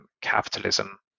capitalism